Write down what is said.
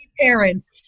parents